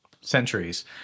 centuries